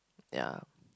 ya